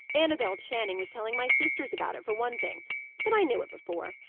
annabel channing was telling my sisters about it, for one thing but i knew it before.